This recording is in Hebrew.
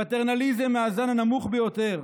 פטרנליזם מהזן הנמוך ביותר